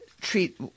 treat